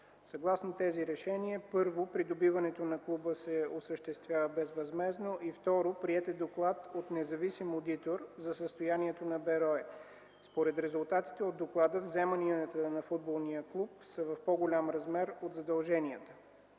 Съгласно тези решения, първо, придобиването на клуба се осъществява безвъзмездно. И второ, приет е доклад от независим одитор за състоянието на „Берое”. Според резултатите от доклада, вземанията на футболния клуб са в по-голям размер от задълженията.